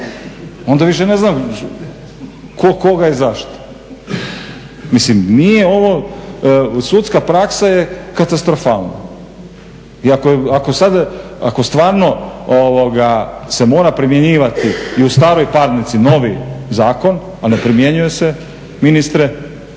onda više ne znam tko koga i zašto. Mislim nije ovo, sudska praksa je katastrofalna. I ako sad, ako stvarno se mora primjenjivati i u staroj parnici novi zakon, a ne primjenjuje se ministre.